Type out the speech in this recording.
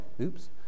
oops